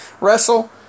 wrestle